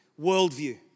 Worldview